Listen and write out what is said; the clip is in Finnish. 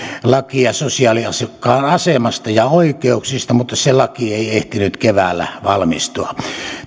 lakia sosiaaliasiakkaan asemasta ja oikeuksista mutta se laki ei ehtinyt keväällä valmistua